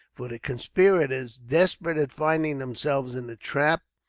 for the conspirators, desperate at finding themselves in a trap,